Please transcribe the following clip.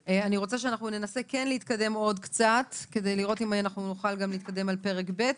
אני רוצה שננסה להתקדם עוד קצת לפרק ב',